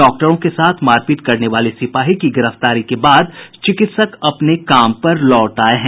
doctor के साथ मारपीट करने वाले सिपाही की गिरफ्तारी के बाद चिकित्सक अपने काम पर लौट आये हैं